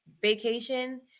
Vacation